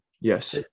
Yes